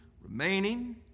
remaining